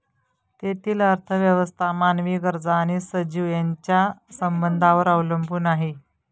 तेथील अर्थव्यवस्था मानवी गरजा आणि सजीव यांच्या संबंधांवर अवलंबून आहे